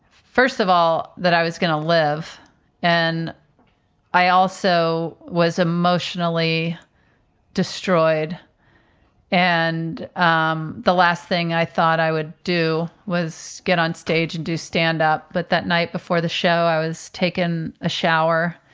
first of all, that i was going to live and i also was emotionally destroyed and um the last thing i thought i would do was get on stage and do stand up. but that night before the show, i was taking a shower